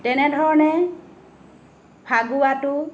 তেনেধৰণে ফাকুৱাটো